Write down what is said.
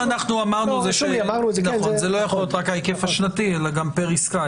אמרנו שזה לא יכול להיות רק ההיקף השנתי אלא גם פר עסקה.